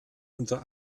unter